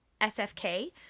SFK